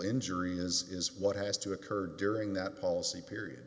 injury is is what has to occur during that policy period